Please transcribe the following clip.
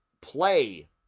play